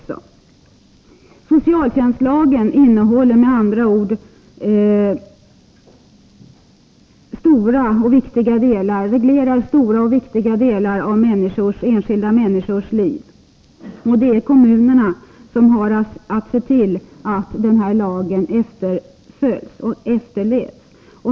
Socialtjänstlagen reglerar med andra ord stora och viktiga delar av enskilda människors liv, och det är kommunerna som har att se till att denna lag efterföljs och efterlevs.